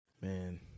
man